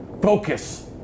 focus